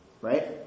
right